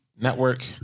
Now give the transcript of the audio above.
Network